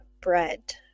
bread